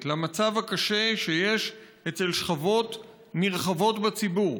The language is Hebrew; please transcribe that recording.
למצב הקשה שיש אצל שכבות נרחבות בציבור,